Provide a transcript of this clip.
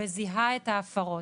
וזיהה את ההפרות.